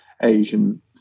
Asian